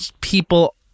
people